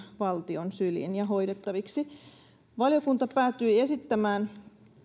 valtion syliin ja hoidettaviksi valiokunta päätyi esittämään